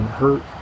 hurt